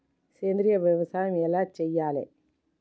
సేంద్రీయ వ్యవసాయం ఎలా చెయ్యాలే?